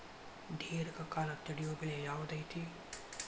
ದೇರ್ಘಕಾಲ ತಡಿಯೋ ಬೆಳೆ ಯಾವ್ದು ಐತಿ?